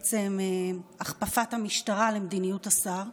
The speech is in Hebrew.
הכפפת המשטרה למדיניות השר.